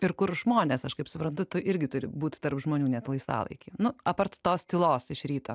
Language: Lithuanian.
ir kur žmonės aš kaip suprantu tu irgi turi būt tarp žmonių net laisvalaikį nu apart tos tylos iš ryto